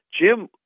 Jim